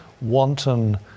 wanton